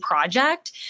project